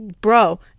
bro